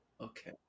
Okay